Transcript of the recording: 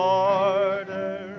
Border